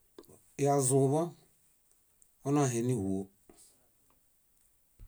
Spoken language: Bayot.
Yazuḃõ onahẽ níĥuo.